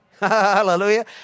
Hallelujah